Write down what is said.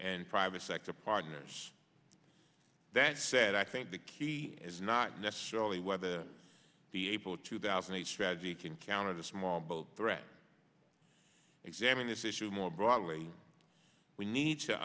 and private sector partners that said i think the key is not necessarily whether the april two thousand and eight strategy can counter the small build threat examine this issue more broadly we need to